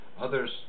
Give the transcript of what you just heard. Others